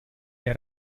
del